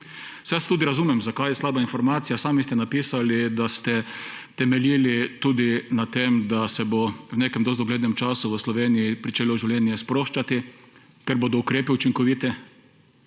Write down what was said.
jaz tudi razumem, zakaj je slaba informacija – sami ste napisali, da ste temeljili tudi na tem, da se bo v nekem dosti doglednem času v Sloveniji pričelo življenje sproščati, ker bodo ukrepi učinkoviti,